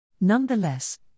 Nonetheless